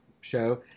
show